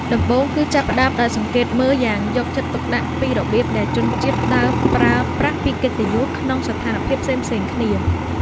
ដំបូងគឺចាប់ផ្ដើមដោយសង្កេតមើលយ៉ាងយកចិត្តទុកដាក់ពីរបៀបដែលជនជាតិដើមប្រើប្រាស់ពាក្យកិត្តិយសក្នុងស្ថានភាពផ្សេងៗគ្នា។